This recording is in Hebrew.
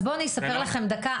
אז בואו אני אספר לכם דקה,